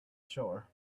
shore